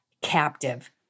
captive